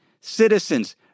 citizens